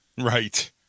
Right